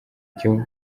cyo